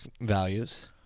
values